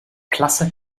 klasse